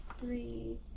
Three